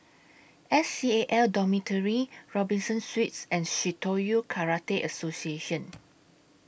S C A L Dormitory Robinson Suites and Shitoryu Karate Association